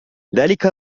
ذاك